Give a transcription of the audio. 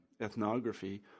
ethnography